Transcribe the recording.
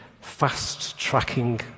fast-tracking